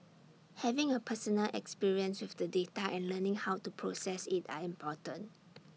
having A personal experience with the data and learning how to process IT are important